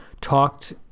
talked